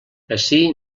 ací